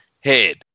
head